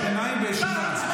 קריאות ביניים בישיבה.